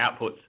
outputs